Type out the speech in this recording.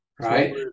Right